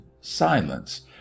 silence